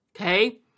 okay